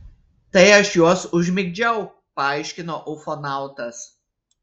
tai aš juos užmigdžiau paaiškino ufonautas